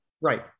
Right